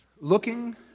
Looking